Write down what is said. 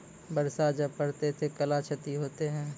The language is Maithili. बरसा जा पढ़ते थे कला क्षति हेतै है?